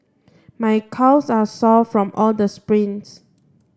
my calves are sore from all the sprints